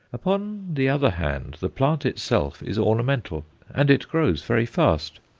upon the other hand, the plant itself is ornamental, and it grows very fast.